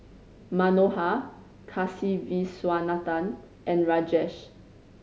Manohar Kasiviswanathan and Rajesh